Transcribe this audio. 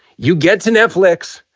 you get to netflix,